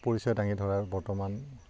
পৰিচয় দাঙি ধৰা বৰ্তমান